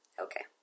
okay